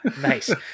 Nice